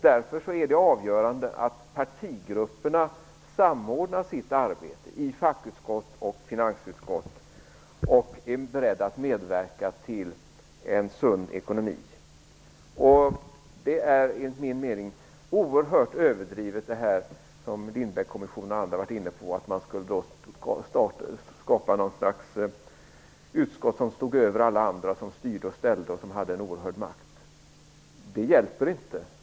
Därför är det avgörande att partigrupperna samordnar sitt arbete i fackutskott och finansutskott och är beredda att medverka till en sund ekonomi. Det är enligt min mening oerhört överdrivet, vilket Lindbeckkommissionen och andra har varit inne på, att man skall skapa ett slags utskott som står över alla andra, som skall styra och ställa och ha en oerhörd makt. Det hjälper inte.